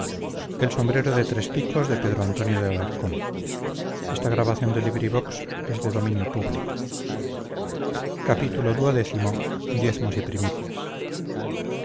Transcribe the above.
los prelados de entonces el quinto pagar diezmos y primicias